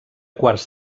quarts